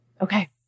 Okay